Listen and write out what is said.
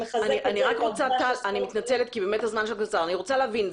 אני מתנצלת, אני רוצה להבין.